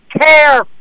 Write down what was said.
care